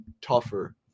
tougher